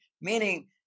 Meaning